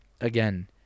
again